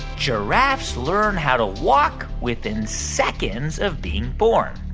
giraffes learn how to walk within seconds of being born?